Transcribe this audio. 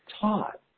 taught